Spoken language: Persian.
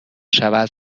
شود